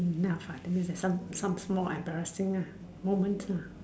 enough ah that means there some some small embarrassing ah moments lah